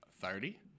Thirty